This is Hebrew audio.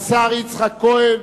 השר יצחק כהן,